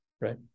Right